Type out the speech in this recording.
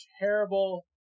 terrible